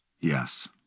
Yes